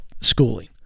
schooling